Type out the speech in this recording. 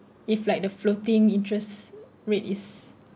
if like the floating interest rate is